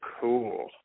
cool